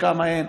כמה אין.